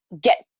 get